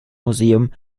museum